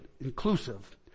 inclusive